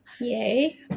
Yay